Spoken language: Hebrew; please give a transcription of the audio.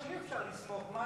שאי-אפשר לסמוך עליה,